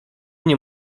nie